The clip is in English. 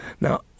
Now